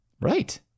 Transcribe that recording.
Right